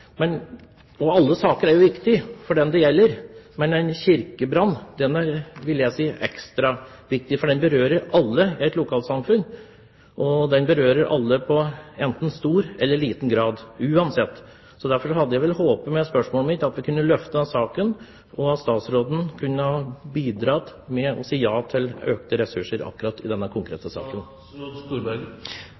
Alle saker er viktige for dem det gjelder, men en kirkebrann vil jeg si er ekstra viktig, for den berører alle i et lokalsamfunn. Den berører alle i stor eller liten grad, uansett. Derfor hadde jeg håpet med spørsmålet mitt at vi kunne ha løftet saken, og at statsråden kunne ha bidratt med å si ja til økte ressurser akkurat i denne konkrete saken.